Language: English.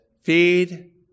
feed